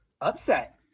Upset